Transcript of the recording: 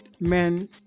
men